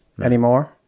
anymore